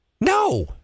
No